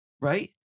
right